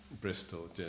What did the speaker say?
Bristol